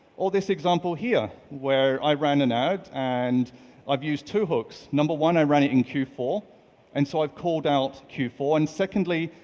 or this example here, where i ran an ad and i've used two hooks. number one, i ran it in q four and so i've called out q four and secondly,